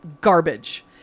Garbage